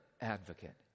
advocate